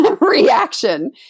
reaction